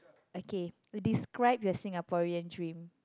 okay describe your Singaporean dream